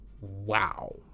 wow